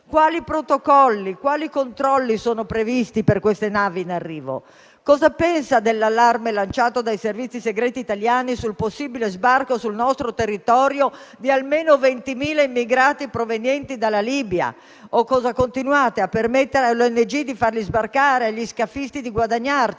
Quali protocolli, quali controlli sono previsti per queste navi in arrivo? Cosa pensa dell'allarme lanciato dai servizi segreti italiani sul possibile sbarco sul nostro territorio di almeno 20.000 immigrati provenienti dalla Libia? Continuate a permettere alle organizzazioni non governative di farli sbarcare e agli scafisti di guadagnarci?